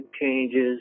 changes